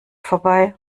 vorbei